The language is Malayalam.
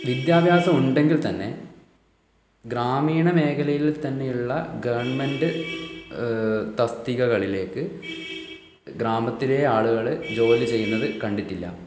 വിദ്യാഭ്യാസം ഉണ്ടെങ്കിൽ തന്നെ ഗ്രാമീണമേഖലയിൽ തന്നെ ഉള്ള ഗവണ്മെൻറ്റ് തസ്തികകളിലേക്ക് ഗ്രാമത്തിലെ ആളുകൾ ജോലി ചെയ്യുന്നത് കണ്ടിട്ടില്ല